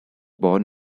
born